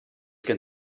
gen